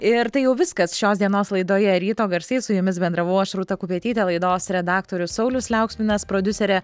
ir tai jau viskas šios dienos laidoje ryto garsai su jumis bendravau aš rūta kupetytė laidos redaktorius saulius liauksminas prodiuserė